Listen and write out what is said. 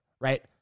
right